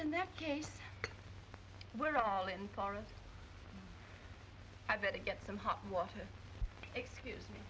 in that case we're all in florence had better get some hot water excuse me